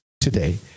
today